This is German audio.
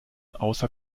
außer